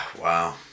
wow